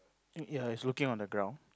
ya it's looking on the ground